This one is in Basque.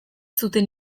zuten